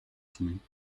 something